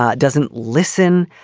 ah doesn't listen.